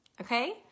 okay